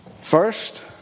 First